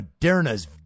Moderna's